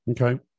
Okay